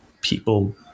people